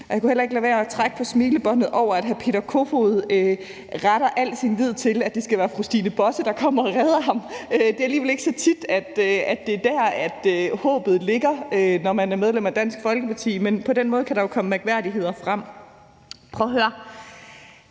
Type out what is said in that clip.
Jeg kunne ikke lade være med at trække på smilebåndet over, at hr. Peter Kofod sætter al sin lid til, at det skal være fru Stine Bosse, der kommer og redder ham. Det er alligevel ikke så tit, at det er dér, håbet ligger, når man er medlem af Dansk Folkeparti. Men på den måde kan der jo komme mærkværdigheder frem. Prøv at høre: